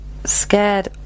scared